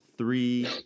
Three